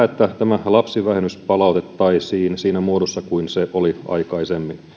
että lapsivähennys palautettaisiin siinä muodossa kuin se oli aikaisemmin